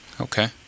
Okay